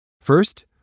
First